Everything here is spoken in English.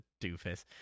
doofus